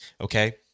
Okay